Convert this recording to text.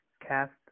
cast